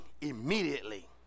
immediately